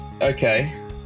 Okay